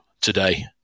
today